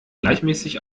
gleichmäßig